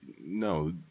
no